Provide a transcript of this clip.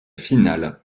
finale